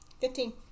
Fifteen